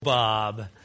Bob